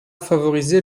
favorisé